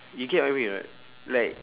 you get what I mean or not like